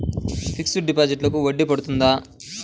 Fixed డిపాజిట్లకు వడ్డీ పడుతుందా?